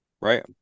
right